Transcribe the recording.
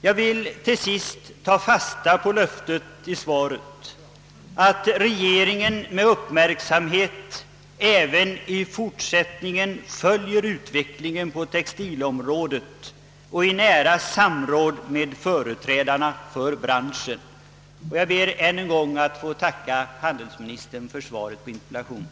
Jag vill till sist ta fasta på löftet i svaret att regeringen med uppmärksamhet och i nära samråd med företrädarna för branschen även i fortsättningen skall följa utvecklingen på textilområdet. Jag ber än en gång att få tacka handelsministern för svaret på interpellationen.